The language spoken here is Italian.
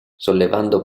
sollevando